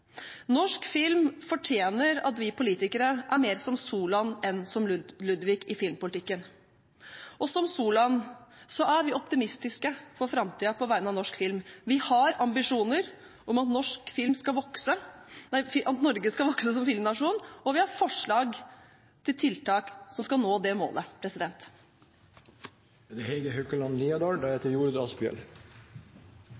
Norsk film fortjener at vi politikere er mer som Solan enn som Ludvig i filmpolitikken. Og som Solan er vi optimistiske med tanke på framtiden på vegne av norsk film. Vi har ambisjoner om at Norge skal vokse som filmnasjon, og vi har forslag til tiltak for å nå det målet.